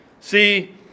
See